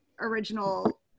original